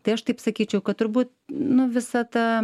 tai aš taip sakyčiau kad turbūt nu visa ta